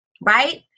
right